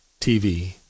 TV